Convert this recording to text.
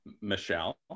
Michelle